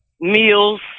meals